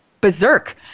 berserk